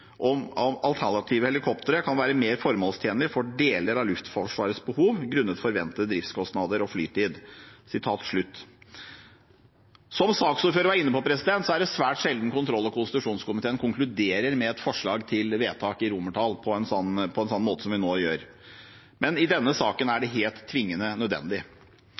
om alternative helikoptre kan være mer formålstjenlig for deler av Luftforsvarets behov grunnet forventede driftskostnader og flytid.» Som saksordføreren var inne på, er det svært sjelden kontroll- og konstitusjonskomiteen konkluderer med et forslag til vedtak i romertall på en slik måte som vi nå gjør. Men i denne saken er det helt tvingende nødvendig.